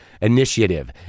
initiative